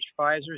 Pfizer